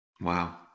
Wow